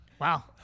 Wow